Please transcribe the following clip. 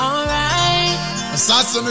Alright